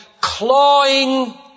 clawing